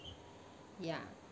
ya